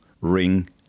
ring